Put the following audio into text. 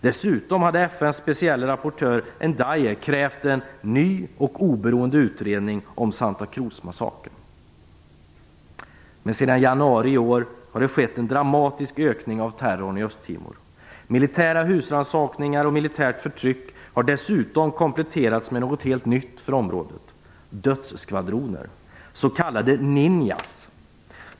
Dessutom hade FN:s specielle rapportör Ndiaye krävt en ny och oberoende utredning om Santa-Cruz-massakern. Men sedan januari i år har det skett en dramatisk ökning av terrorn i Östtimor. Militära husrannsakningar och militärt förtryck har dessutom kompletterats med något helt nytt för området: dödsskvadroner - s.k. Ninjas.